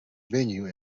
venue